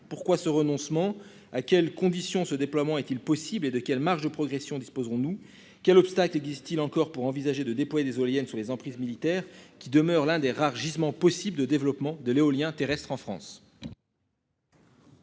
Pourquoi ce renoncement à quelles conditions. Ce déploiement est-il possible et de quelle marge de progression disposerons-nous quels obstacles existe-t-il encore pour envisager de déployer des hooligans sur les emprises militaires qui demeure l'un des rares gisements possible de développement de l'éolien terrestre en France.